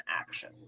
action